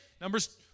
Numbers